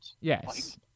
Yes